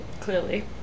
Clearly